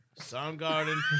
Soundgarden